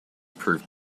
proved